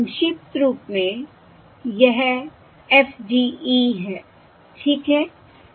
संक्षिप्त रूप में यह FDE है ठीक है